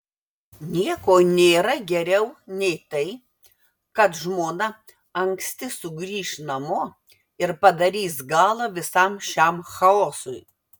nieko nėra geriau nei tai kad žmona anksti sugrįš namo ir padarys galą visam šiam chaosui